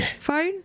phone